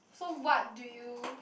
so what do you